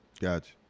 Gotcha